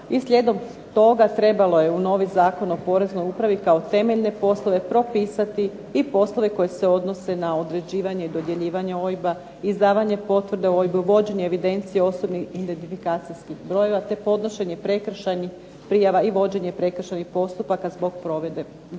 i slijedom toga trebalo je u novi Zakon o poreznoj upravi kao temeljne poslove propisati i poslove koji se odnose na određivanje i dodjeljivanje OIB-a, izdavanje potvrde o OIB-u, vođenje evidencije osobnih identifikacijskih brojeva, te podnošenje prekršajnih prijava i vođenje prekršajnih postupaka zbog provedbe propisa